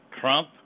Trump